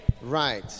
right